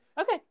Okay